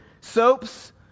soaps